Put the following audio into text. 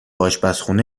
آشپزخونه